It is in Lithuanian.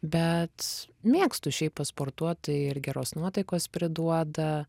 bet mėgstu šiaip pasportuot ir geros nuotaikos priduoda